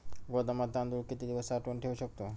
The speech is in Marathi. गोदामात तांदूळ किती दिवस साठवून ठेवू शकतो?